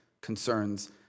concerns